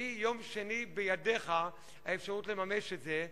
מיום שני, בידיך האפשרות לממש את זה.